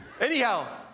Anyhow